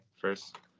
first